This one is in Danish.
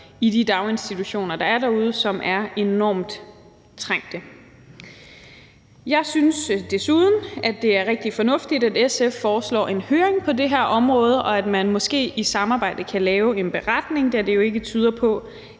i de daginstitutioner, der er derude, og som er enormt trængte. Jeg synes desuden, det er rigtig fornuftigt, at SF foreslår en høring på det her område, og at man måske sammen kan lave en beretning, da det jo ikke tyder på,